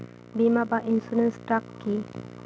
বিমা বা ইন্সুরেন্স টা কি?